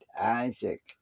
Isaac